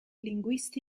linguisti